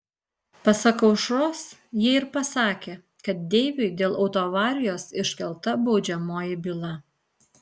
pasak aušros jie ir pasakę kad deiviui dėl autoavarijos iškelta baudžiamoji byla